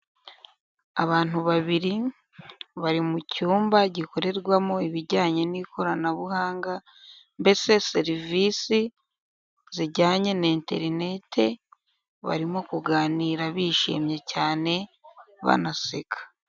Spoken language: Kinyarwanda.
Abantu babiri bari mu cyumba gikorerwamo ibijyanye n'ikoranabuhanga, mbese serivisi zijyanye na interineti, barimo kuganira bishimye cyane banaseka.